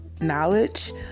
knowledge